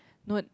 not